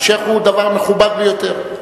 שיח' הוא דבר מכובד ביותר.